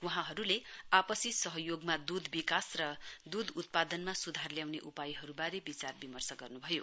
वहाँहरूले आपसी तालमेलमा दुध विकास र दुध उत्पादनमा सुधार ल्याउने उपायहरूबारे विचारविमर्श गर्नु भयो